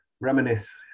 reminisce